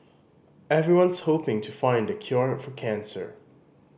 everyone's hoping to find the cure for cancer